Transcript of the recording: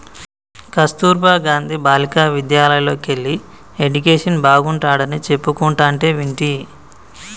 కస్తుర్బా గాంధీ బాలికా విద్యాలయల్లోకెల్లి ఎడ్యుకేషన్ బాగుంటాడని చెప్పుకుంటంటే వింటి